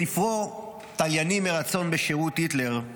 בספרו "תליינים מרצון בשירות היטלר",